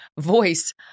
voice